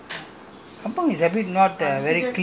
same like you uh kampung you are not from kampung [what]